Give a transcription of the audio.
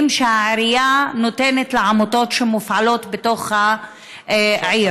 שהעירייה נותנת לעמותות שמופעלות בתוך העיר.